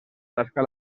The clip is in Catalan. tasca